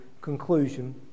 conclusion